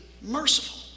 merciful